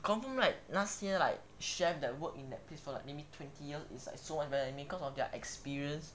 confirm like last year like chef that work in that place like maybe twenty years is like so much better than me cause of their experience